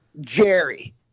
Jerry